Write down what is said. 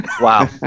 Wow